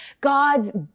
God's